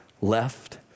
left